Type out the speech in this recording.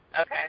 Okay